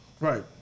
right